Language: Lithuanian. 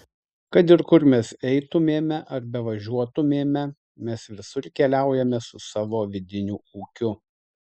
kad ir kur mes eitumėme ar bevažiuotumėme mes visur keliaujame su savo vidiniu ūkiu